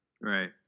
Right